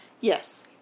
Yes